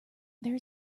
there